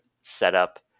setup